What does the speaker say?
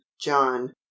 John